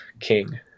king